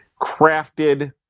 crafted